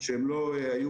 הוצאות חירום,